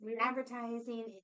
advertising